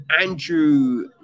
Andrew